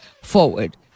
forward